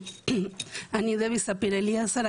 אני דבי ספיר אליעזר,